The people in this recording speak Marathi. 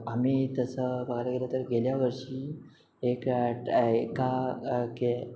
आम्ही तसं बघायला गेलं तर गेल्या वर्षी एक एका